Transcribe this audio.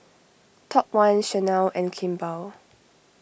Top one Chanel and Kimball